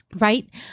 right